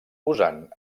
usant